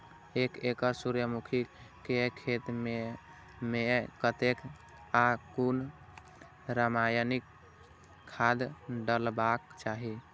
एक एकड़ सूर्यमुखी केय खेत मेय कतेक आ कुन रासायनिक खाद डलबाक चाहि?